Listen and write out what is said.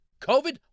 COVID